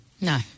No